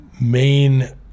main